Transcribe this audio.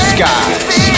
Skies